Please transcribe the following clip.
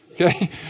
Okay